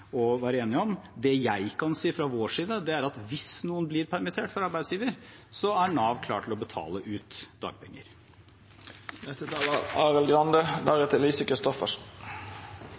være enige om. Det jeg kan si fra vår side, er at hvis noen blir permittert av arbeidsgiver, er Nav klar til å betale ut